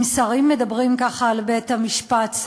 אם שרים מדברים ככה על בית-המשפט,